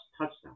touchdown